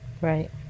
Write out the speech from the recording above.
Right